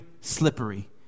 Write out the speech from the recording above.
slippery